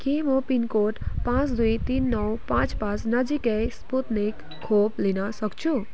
के म पिनकोड पाँच दुई तिन नौ पाँच पाँच नजिकै स्पुत्निक खोप लिन सक्छु